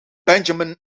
benjamin